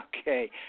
Okay